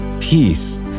peace